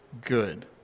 good